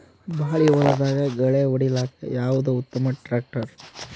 ಬಾಳಿ ಹೊಲದಾಗ ಗಳ್ಯಾ ಹೊಡಿಲಾಕ್ಕ ಯಾವದ ಉತ್ತಮ ಟ್ಯಾಕ್ಟರ್?